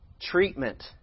treatment